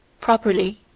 properly